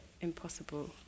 impossible